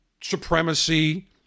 supremacy